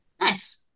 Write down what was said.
Nice